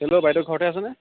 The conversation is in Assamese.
হেল্ল' বাইদেউ ঘৰতে আছে নে